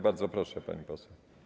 Bardzo proszę, pani poseł.